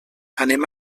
anem